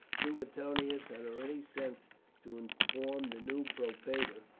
suetonius had already sent to inform the new propraetor,